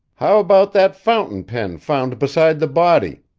how about that fountain pen found beside the body?